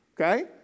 Okay